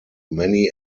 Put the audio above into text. many